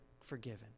forgiven